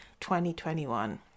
2021